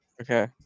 Okay